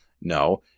No